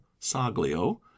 saglio